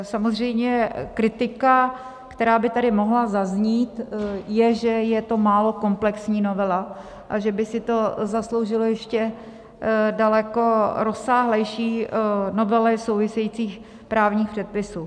Samozřejmě kritika, která by tady mohla zaznít, je, že je to málo komplexní novela a že by si to zasloužilo ještě daleko rozsáhlejší novely souvisejících právních předpisů.